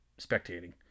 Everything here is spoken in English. spectating